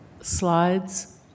slides